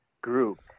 group